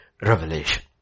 revelation